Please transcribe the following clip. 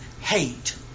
hate